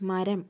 മരം